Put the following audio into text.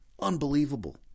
Unbelievable